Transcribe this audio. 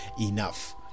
enough